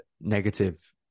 negative